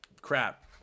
crap